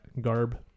garb